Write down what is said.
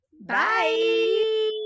bye